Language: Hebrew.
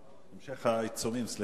4713 ו-4719 - המשך העיצומים של